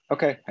Okay